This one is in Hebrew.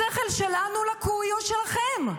השכל שלנו לקוי או שלכם?